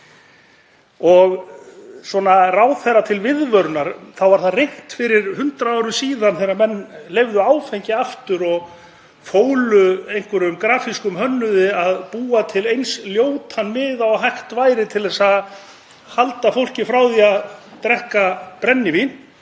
Og ráðherra til viðvörunar þá var það reynt fyrir 100 árum, þegar menn leyfðu áfengi aftur og fólu einhverjum grafískum hönnuði að búa til eins ljótan miða og hægt væri til að halda fólki frá því að drekka brennivín,